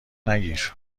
نگیر